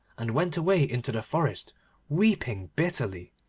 and went away into the forest weeping bitterly,